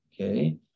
okay